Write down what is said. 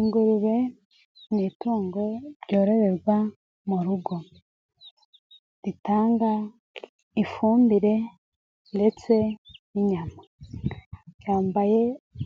Ingurube ni itungo ryororwa mu rugo ritanga ifumbire ndetse n'inyama, yambaye